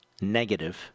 negative